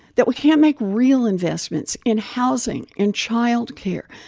that we can't make real investments in housing and child care?